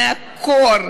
מקור.